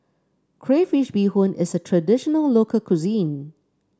Crayfish Beehoon is a traditional local cuisine